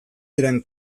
diren